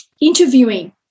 interviewing